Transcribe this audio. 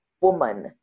woman